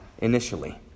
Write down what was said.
initially